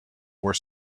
where